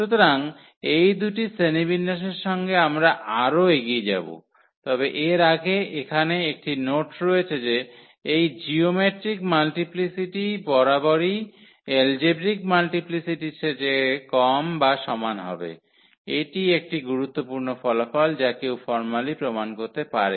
সুতরাং এই দুটি শ্রেণীবিন্যাসের সঙ্গে আমরা আরও এগিয়ে যাব তবে এর আগে এখানে একটি নোট রয়েছে যে এই জিওমেট্রিক মাল্টিপ্লিসিটি বরাবরই এলজেব্রিক মাল্টিপ্লিসিটির চেয়ে কম বা সমান হবে এটি একটি গুরুত্বপূর্ণ ফলাফল যা কেউ ফর্ম্যালি প্রমাণ করতে পারে